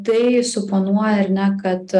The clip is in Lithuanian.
tai suponuoja ar ne kad